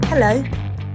Hello